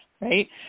right